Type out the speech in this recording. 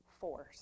force